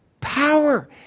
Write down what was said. power